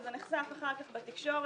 וזה נחשף אחר כך בתקשורת,